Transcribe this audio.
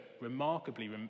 remarkably